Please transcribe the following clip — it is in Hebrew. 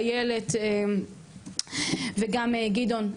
איילת וגם גדעון,